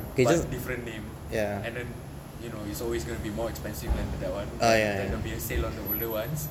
but different name and then you know it's always going to be more expensive than the that [one] by then there will be a sale on the older ones